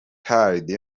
tardy